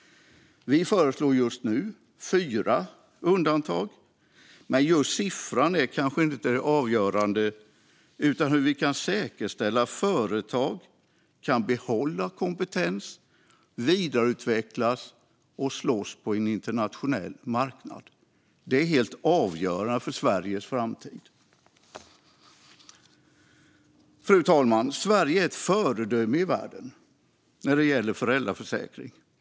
Vi föreslår just nu att fyra ska kunna undantas. Men just siffran är kanske inte det avgörande, utan det avgörande är hur vi kan säkerställa att företag kan behålla kompetens, vidareutvecklas och slåss på en internationell marknad. Det är helt avgörande för Sveriges framtid. Fru talman! Sverige är ett föredöme i världen när det gäller föräldraförsäkring.